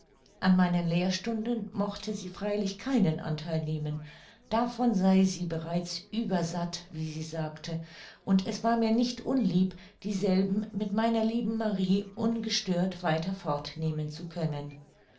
an meinen lehrstunden mochte sie freilich keinen antheil nehmen davon sei sie bereits übersatt wie sie sagte und es war mir nicht unlieb dieselben mit meiner lieben marie ungestört weiter fort nehmen zu können